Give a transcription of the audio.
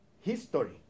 history